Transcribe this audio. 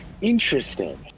Interesting